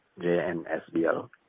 JNSBL